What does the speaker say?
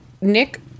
Nick